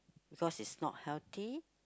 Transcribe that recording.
because it's not healthy